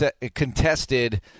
contested